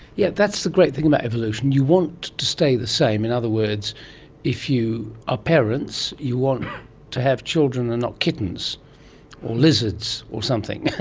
yes, that's the great thing about evolution, you want to stay the same, in other words if you are ah parents you want to have children and not kittens, or lizards or something.